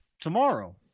tomorrow